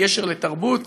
כגשר לתרבות,